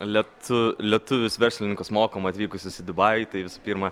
letu lietuvius verslininkus mokom atvykusius į dubajų tai visų pirma